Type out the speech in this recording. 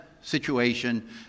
situation